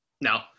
No